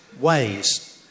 ways